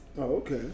Okay